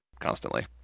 constantly